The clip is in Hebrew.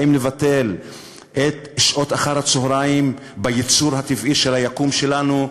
האם לבטל את שעות אחר-הצהריים בייצור הטבעי של היקום שלנו?